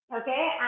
okay